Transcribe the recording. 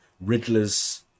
Riddler's